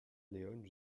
leone